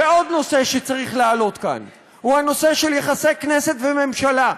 ועוד נושא שצריך להעלות כאן הוא הנושא של יחסי כנסת וממשלה.